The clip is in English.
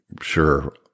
sure